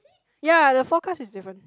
ya the forecast is different